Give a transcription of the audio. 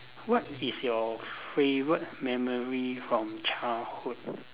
what is your favourite memory from childhood